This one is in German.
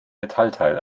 metallteil